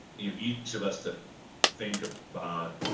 you each of us to think about